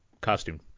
costume